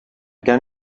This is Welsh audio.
gen